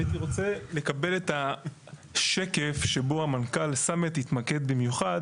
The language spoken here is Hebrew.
הייתי רוצה לקבל את השקף שבו המנכ"ל סמט התמקד במיוחד.